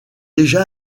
déjà